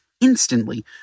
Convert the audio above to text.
instantly